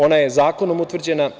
Ona je zakonom utvrđena.